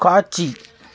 காட்சி